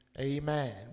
Amen